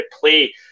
play